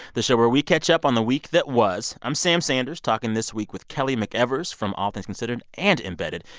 the show where we catch up on the week that was. i'm sam sanders, talking this week with kelly mcevers from all things considered and embedded.